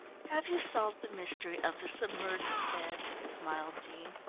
have you solved the mystery of the submerged bed? smiled jean.